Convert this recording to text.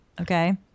Okay